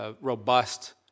robust